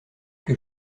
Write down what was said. que